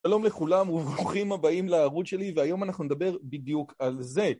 שלום לכולם וברוכים הבאים לערוץ שלי והיום אנחנו נדבר בדיוק על זה